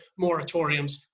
moratoriums